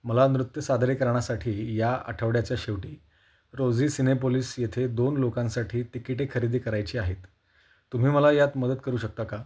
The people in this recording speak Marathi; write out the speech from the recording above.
मला नृत्य सादरीकरणासाठी या आठवड्याच्या शेवटी रोझी सिनेपोलिस येथे दोन लोकांसाठी तिकिटे खरेदी करायची आहेत तुम्ही मला यात मदत करू शकता का